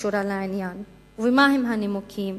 שקשורה לעניין, ומהם הנימוקים?